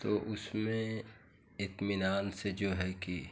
तो उसमें इत्मीनान से जो है की